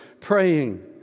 praying